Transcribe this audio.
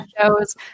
shows